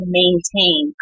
maintain